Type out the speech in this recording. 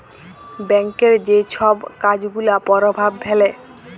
ব্যাংকের যে ছব কাজ গুলা পরভাব ফেলে